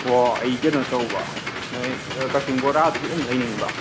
ꯑꯣ ꯑꯩ ꯀꯩꯅꯣ ꯇꯧꯕ ꯅꯣꯏ ꯀꯥꯛꯆꯤꯡ ꯕꯣꯔꯥꯗꯨ ꯈꯤꯇꯪ ꯂꯩꯅꯤꯡꯕ